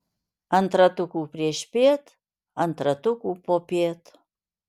ant ratukų priešpiet ant ratukų popiet